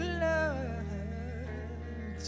love